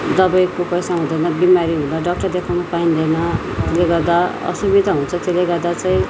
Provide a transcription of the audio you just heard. दबाईको पैसा हुँदैन बिमारी हुँदा डाक्टर देखाउन पाइँदैन त्यसले गर्दा असुविधा हुन्छ त्यसले गर्दा चाहिँ